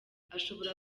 ashobora